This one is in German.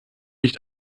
nicht